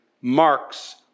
marks